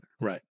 Right